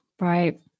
Right